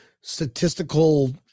statistical